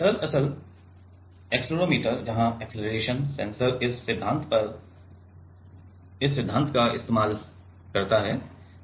दरअसल एक्सेलेरोमीटर जहां acceleration sensor इस सिद्धांत का इस्तेमाल करता है